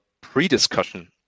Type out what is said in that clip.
pre-discussion